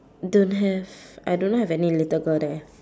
don't have I don't have any little girl there